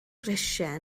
grisiau